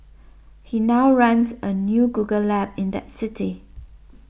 he now runs a new Google lab in that city